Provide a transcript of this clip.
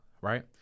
right